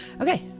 Okay